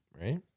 right